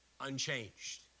unchanged